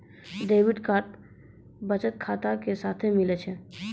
debit card बचत खाता के साथे मिलै छै